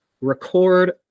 record